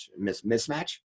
Mismatch